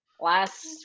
last